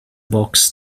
box